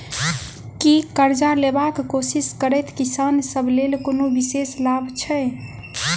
की करजा लेबाक कोशिश करैत किसान सब लेल कोनो विशेष लाभ छै?